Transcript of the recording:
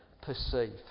perceive